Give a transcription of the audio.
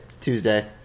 Tuesday